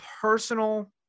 personal